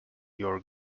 your